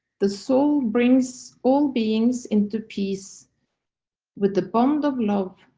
the soul brings all beings into peace with the bond of love,